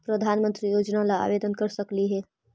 प्रधानमंत्री योजना ला आवेदन कर सकली हे?